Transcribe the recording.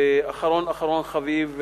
ואחרון אחרון חביב,